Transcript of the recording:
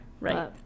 Right